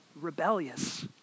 rebellious